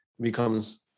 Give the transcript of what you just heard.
becomes